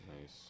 Nice